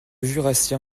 jurassien